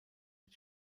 mit